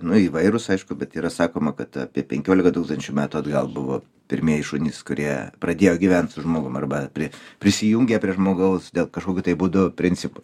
nu įvairūs aišku bet yra sakoma kad apie penkiolika tūkstančių metų atgal buvo pirmieji šunys kurie pradėjo gyvent su žmogum arba prie prisijungė prie žmogaus dėl kažkokių tai būdo principų